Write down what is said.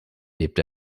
lebt